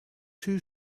two